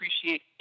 appreciate